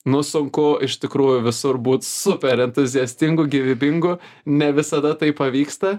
nu sunku iš tikrųjų visur būt super entuziastingu gyvybingu ne visada tai pavyksta